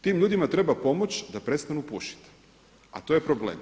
Tim ljudima treba pomoći da prestanu pušiti, a to je problem.